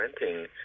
renting